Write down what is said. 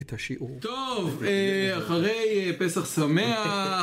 את השיעור. טוב, אחרי פסח שמח...